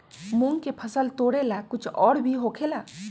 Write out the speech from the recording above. मूंग के फसल तोरेला कुछ और भी होखेला?